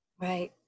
Right